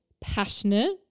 passionate